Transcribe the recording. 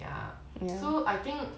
ya so I think